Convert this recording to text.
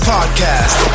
Podcast